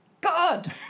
God